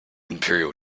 imperial